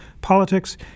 Politics